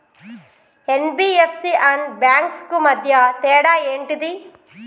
NBFC and banks కు మధ్య తేడా ఏంటిది?